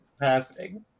happening